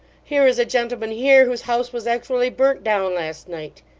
here is a gentleman here, whose house was actually burnt down last night